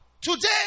Today